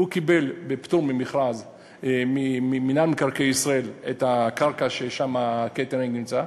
הוא קיבל בפטור ממכרז ממינהל מקרקעי ישראל את הקרקע ששם הקייטרינג נמצא.